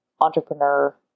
entrepreneur